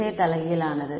திசை தலைகீழானது